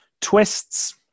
twists